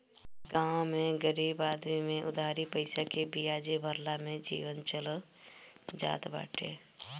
गांव में गरीब आदमी में उधारी पईसा के बियाजे भरला में जीवन चल जात बाटे